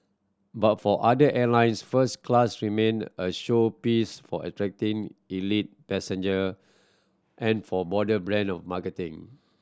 but for other airlines first class remained a showpiece for attracting elite passenger and for broader brand marketing